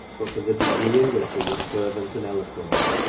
but for the degree in which it was fervent and eloquent